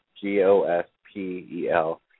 G-O-S-P-E-L